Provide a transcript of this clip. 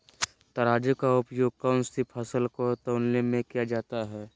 तराजू का उपयोग कौन सी फसल को तौलने में किया जाता है?